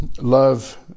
love